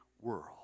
world